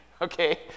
Okay